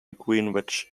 greenwich